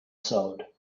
sewed